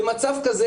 במצב כזה,